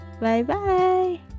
bye-bye